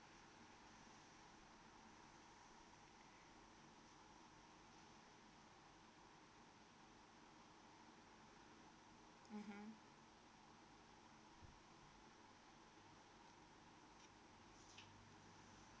mmhmm